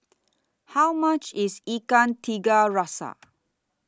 How much IS Ikan Tiga Rasa